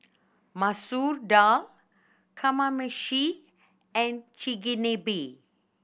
Masoor Dal Kamameshi and Chigenabe